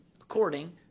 according